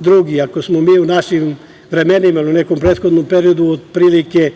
drugi. Ako smo mi u našim vremenima ili u nekom prethodnom periodu otprilike